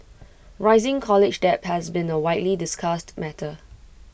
rising college debt has been A widely discussed matter